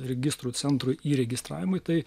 registrų centrui įregistravimui tai